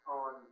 on